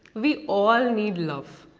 we all need love.